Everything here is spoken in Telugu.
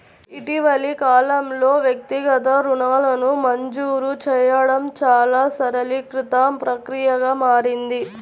ఇటీవలి కాలంలో, వ్యక్తిగత రుణాలను మంజూరు చేయడం చాలా సరళీకృత ప్రక్రియగా మారింది